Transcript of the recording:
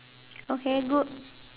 okay good